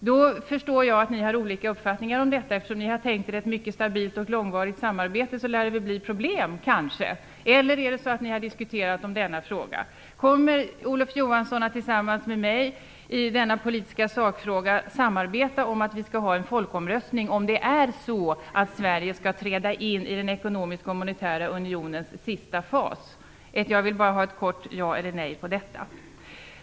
Då förstår jag att ni har olika uppfattningar om detta. Eftersom ni har tänkt er ett mycket stabilt och långvarigt samarbete, lär det väl bli problem. Eller är det så att ni har diskuterat om denna fråga? Kommer Olof Johansson att tillsammans med mig i denna politiska sakfråga samarbeta om att vi skall ha en folkomröstning, om det är så att Sverige skall träda in i den ekonomiska och monetära unionens sista fas? Jag vill bara ha ett kortfattat ja eller nej på den frågan.